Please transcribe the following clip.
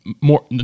more